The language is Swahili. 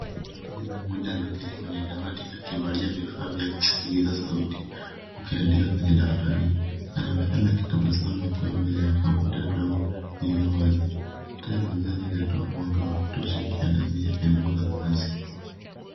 Kijana mmoja ameketi kwenye dawati akivalia vifaa vya kusikiliza sauti akiandika kwenye daftari. Anaandika akitabasamu huku akiwa mbele ya komputa ndogo iliyowazi. Taa ya mezani inatoa mwanga wa kutosha ikiangazia eneo la kazi.